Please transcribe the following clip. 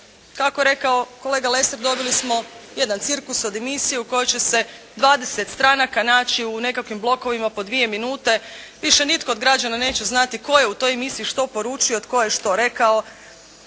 Kako je rekao kolega Lesar dobili smo jedan cirkus od emisije u kojoj će se dvadeset stranaka naći u nekakvim blokovima po dvije minute. Više nitko od građana neće znati tko je u toj emisiji što poručio, tko je što rekao.